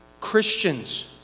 Christians